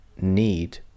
Need